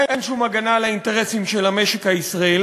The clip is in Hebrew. אין שום הגנה על האינטרסים של המשק הישראלי.